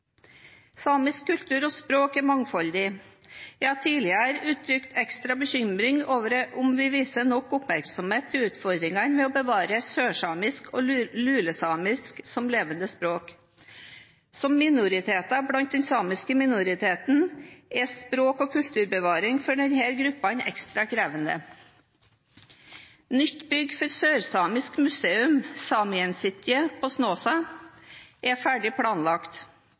Samisk kultur og samisk språk er mangfoldig. Jeg har tidligere uttrykt ekstra bekymring over om vi viser nok oppmerksomhet til utfordringene ved å bevare sørsamisk og lulesamisk som levende språk. Som minoriteter blant den samiske minoriteten er språk- og kulturbevaring for disse gruppene ekstra krevende. Nytt bygg for det sørsamiske museet, Saemien Sijte, på Snåsa er ferdig planlagt,